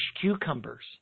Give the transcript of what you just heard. cucumbers